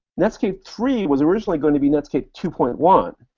netscape three was originally going to be netscape two point one,